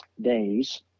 days